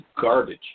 garbage